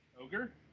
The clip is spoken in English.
Ogre